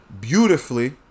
beautifully